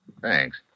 Thanks